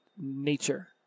nature